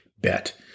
bet